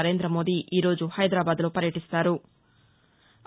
నరేంద్రమోదీ ఈరోజు హైదరాబాద్లో వర్యటిస్తారు